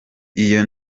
iyo